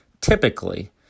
Typically